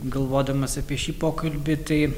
galvodamas apie šį pokalbį tai